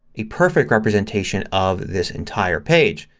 a perfect representation of this entire page.